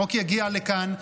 החוק יגיע לכאן,